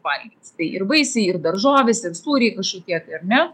valgyti tai ir vaisiai ir daržovės ir sūriai kažkokie tai ar ne